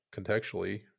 contextually